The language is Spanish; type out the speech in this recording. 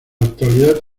actualidad